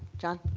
john.